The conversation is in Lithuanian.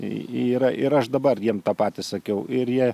yra ir aš dabar jiems tą patį sakiau ir jie